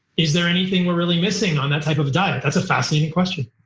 is there anything we're really missing on that type of diet? that's a fascinating question.